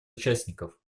участников